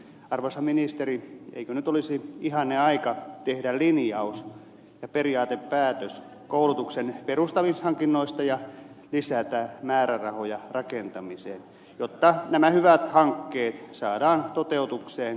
arvoisa ministeri eikö nyt olisi ihanneaika tehdä linjaus ja periaatepäätös koulutuksen perustamishankinnoista ja lisätä määrärahoja rakentamiseen jotta nämä hyvät hankkeet saadaan toteutukseen lähitulevaisuudessa